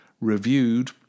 reviewed